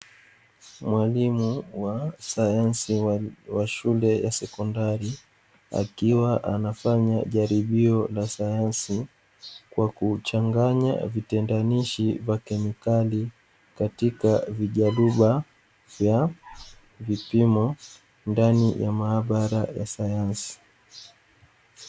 Mwalimu wa sayansi wa shule ya sekondari akiwa anafanya jaribio la sayansi, kwa kuchanganya vitendanishi vya kemikali katika vijaruba vya vipimo ndani ya maabara ya sayansi.